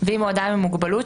ואם הוא אדם עם מוגבלות,